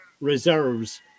reserves